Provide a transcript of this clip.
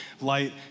light